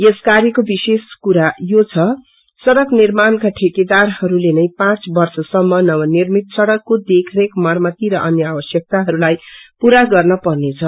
यस कार्यको विशेष कुरा यो छ सड़क निर्माण्का ठेककेदारहस्ले नै पाँच वर्षसम्म नवनिर्मित सडकको देखरेख मरम्मती र अन्य आवश्यकताहरूलाई पूरा गर्ने पर्नेछ